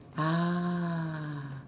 ah